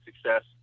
success